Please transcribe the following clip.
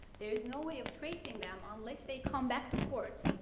there is no way of tracing them unless they come back to court